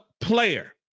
player